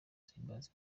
zihimbaza